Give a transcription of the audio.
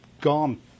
gone